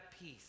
peace